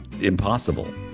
impossible